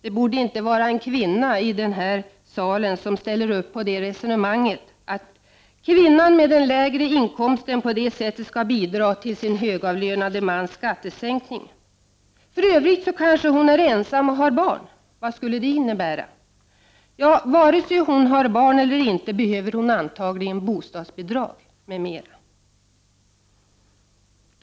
Det borde inte finnas någon kvinna i den här salen som ställer sig bakom det resonemanget, att kvinnan med den lägre inkomsten på det sättet skall bidra till sin högavlönade mans skattesänkning. För övrigt kanske hon är ensam och har barn. Vad skulle det innebära? Jo, vare sig hon har barn eller inte behöver hon antagligen bostadsbidrag, m.m.